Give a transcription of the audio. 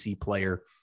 player